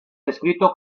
descrito